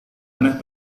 aneh